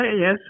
yes